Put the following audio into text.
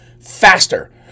faster